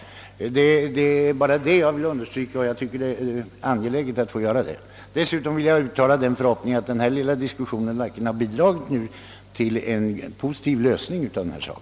Det är bara detta jag har funnit angeläget att understryka. Dessutom vill jag uttala den förhoppningen att denna lilla diskussion verkligen skall bidra till en positiv lösning av frågan.